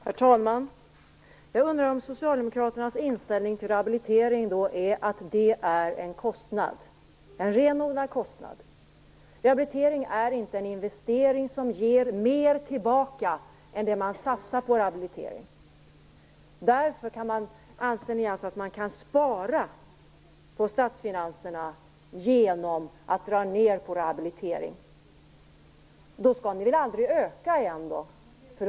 Herr talman! Jag undrar om Socialdemokraternas inställning till rehabilitering då är att det är en renodlad kostnad. Rehabilitering är inte en investering som ger mer tillbaka än det man satsar? Därför anser ni alltså att man kan spara på statsfinanserna genom att dra ned på rehabilitering. Då skall ni väl aldrig öka det anslaget igen?